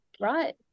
right